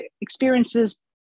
experiences